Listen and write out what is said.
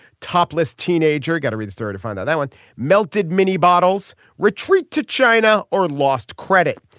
topless teenager got to read the story to find out that one melted mini bottles retreat to china or lost credit.